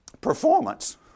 performance